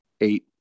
eight